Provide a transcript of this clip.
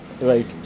Right